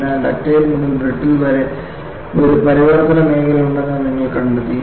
അതിനാൽ ഡക്റ്റൈൽ മുതൽ ബ്രിട്ടിൽ വരെ ഒരു പരിവർത്തന മേഖല ഉണ്ടെന്ന് നിങ്ങൾ കണ്ടെത്തി